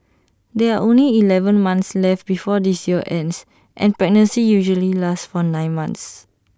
there are only Eleven months left before this year ends and pregnancy usually lasts one nine months